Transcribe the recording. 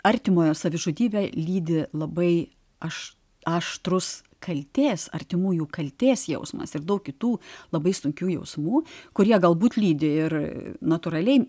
artimojo savižudybę lydi labai aš aštrus kaltės artimųjų kaltės jausmas ir daug kitų labai sunkių jausmų kurie galbūt lydi ir natūraliai